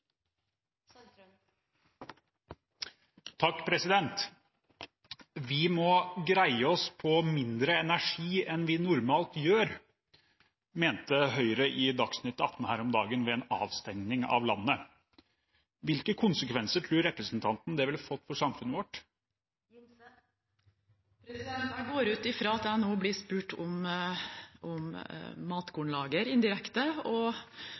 må vi greie oss på mindre energi enn vi normalt gjør, mente Høyre i Dagsnytt 18 her om dagen. Hvilke konsekvenser tror representanten Angell Gimse det ville fått for samfunnet vårt? Jeg går ut fra at jeg nå indirekte blir spurt om